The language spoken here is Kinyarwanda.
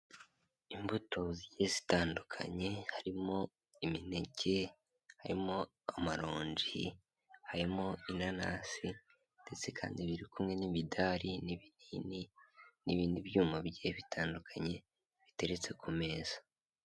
Imbuto zigiye zitandukanye, harimo imineke, harimo amaronji, harimo inanasi, ndetse kandi biri kumwe n'imidari, n'ibinini n'ibindi byuma bigiye bitandukanye biteretse ku meza.